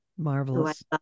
Marvelous